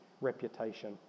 reputation